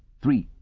three,